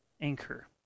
anchor